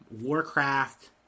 Warcraft